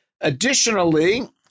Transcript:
Additionally